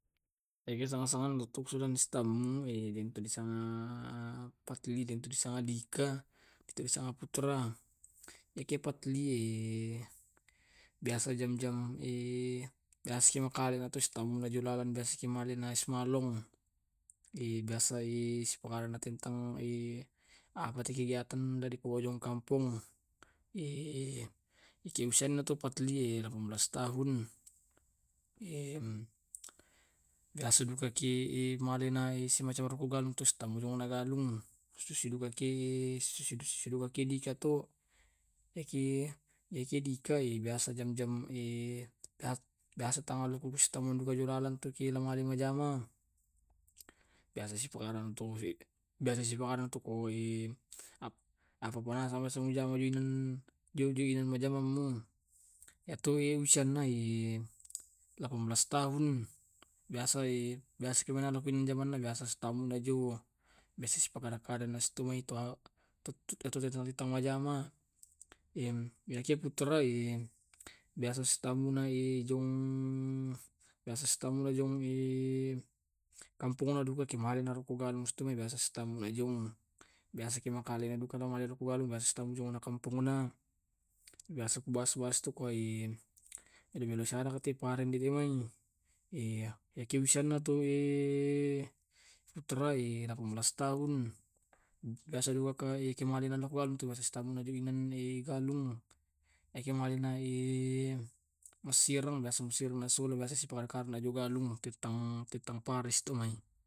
Iyatu tau tau to biasa solang katammu solang na perdi. Iyatu waktunna sitammu to lakona dikampus sisola iyatu hal-hal bisa dibahas ko tu sitampe to hal-hal apa dijama jo kampus. Iyato umuruna to sangumuruna duampulo taung. Iyatu inangku biasa to jo kampus.